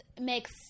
makes